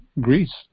Greece